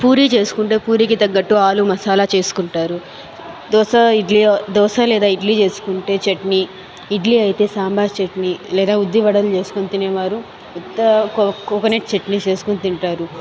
పూరి చేసుకుంటే పూరీకి తగ్గట్టు ఆలు మసాలా చేసుకుంటారు దోస ఇడ్లీ దోస లేదా ఇడ్లీ చేసుకుంటే చట్నీ ఇడ్లీ అయితే సాంబార్ చట్నీ లేదా ఉద్ధి వడలు చేసుకుని తినేవారు కో కోకోనట్ చట్నీ చేసుకొని తింటారు